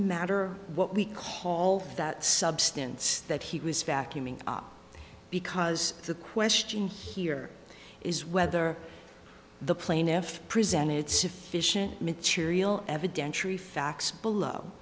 matter what we call that substance that he was vacuuming because the question here is whether the plaintiff presented sufficient material